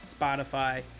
spotify